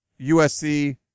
USC